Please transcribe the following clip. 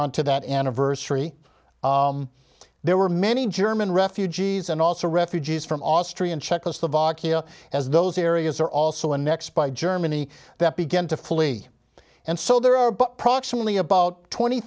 on to that anniversary there were many german refugees and also refugees from austria and czechoslovakia as those areas are also annexed by germany that began to flee and so there are but proximately about twenty